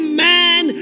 man